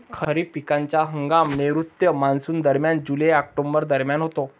खरीप पिकांचा हंगाम नैऋत्य मॉन्सूनदरम्यान जुलै ऑक्टोबर दरम्यान होतो